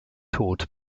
tod